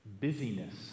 Busyness